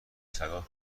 سگا